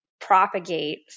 propagate